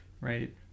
right